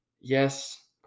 Yes